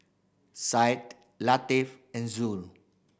Syed Latif and Zoo